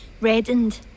reddened